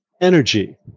energy